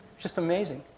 just amazing.